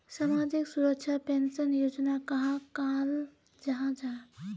सामाजिक सुरक्षा पेंशन योजना कहाक कहाल जाहा जाहा?